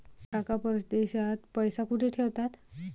काका परदेशात पैसा कुठे ठेवतात?